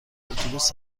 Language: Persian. اتوبوس